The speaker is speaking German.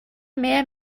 mehr